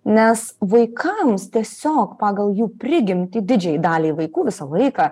nes vaikams tiesiog pagal jų prigimtį didžiajai daliai vaikų visą laiką